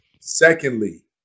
Secondly